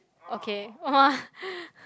okay !wah!